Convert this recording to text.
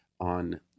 on